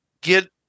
get